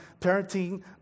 parenting